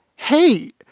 hey.